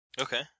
Okay